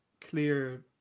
clear